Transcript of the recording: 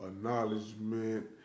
acknowledgement